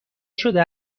شده